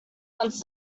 wants